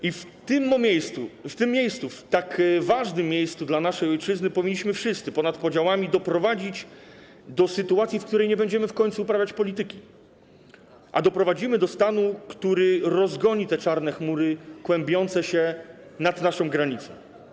I w tym miejscu, w tak ważnym miejscu dla naszej ojczyzny powinniśmy wszyscy ponad podziałami doprowadzić do sytuacji, w której nie będziemy w końcu uprawiać polityki, a doprowadzimy do stanu, który rozgoni te czarne chmury kłębiące się nad naszą granicą.